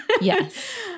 Yes